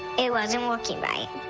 it wasn't working right.